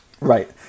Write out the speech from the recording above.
Right